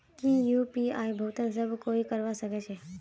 की यु.पी.आई भुगतान सब कोई ई करवा सकछै?